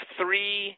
three